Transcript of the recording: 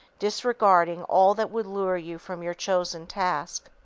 disregarding all that would lure you from your chosen task.